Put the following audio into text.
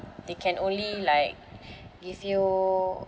they can only like give you